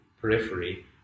periphery